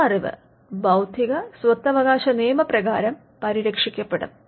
ആ അറിവ് ബൌദ്ധിക സ്വത്തവകാശ നിയമപ്രകാരം പരിരക്ഷിക്കപെടും